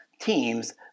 teams